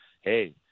hey